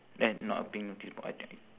eh not a pink notice board I think